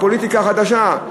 הפוליטיקה החדשה.